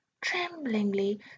Tremblingly